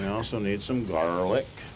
we also need some garlic